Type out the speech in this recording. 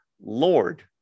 Lord